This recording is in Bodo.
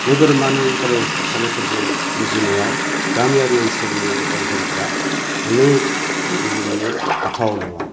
नोगोरमानि फरायसाफोरनिजों रुजुनायाव गामियारि ओनसोलनि फरायसालिफ्रा अनेक रुजुनो हाथाव नङा